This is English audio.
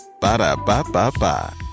Ba-da-ba-ba-ba